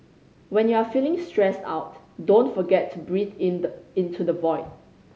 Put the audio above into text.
when you are feeling stressed out don't forget to breathe in the into the void